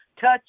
touch